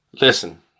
Listen